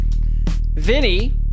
Vinny